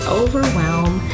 overwhelm